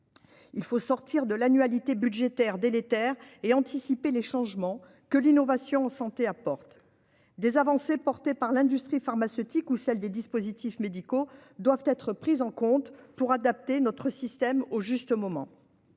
Il faut sortir de l'annualité budgétaire délétère et anticiper les changements induits par l'innovation en santé. Les avancées portées par l'industrie pharmaceutique ou celles des dispositifs médicaux doivent être prises en compte pour adapter notre système en temps